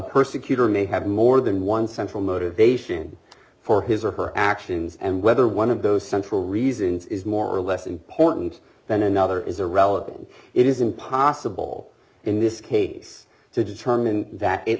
persecutor may have more than one central motivation for his or her actions and whether one of those central reasons d is more or less important than another is irrelevant it is impossible in this case to determine that